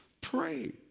Pray